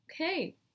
okay